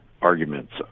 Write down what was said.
arguments